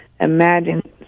imagine